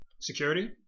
Security